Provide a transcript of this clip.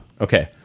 Okay